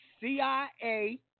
CIA